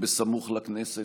סמוך לכנסת,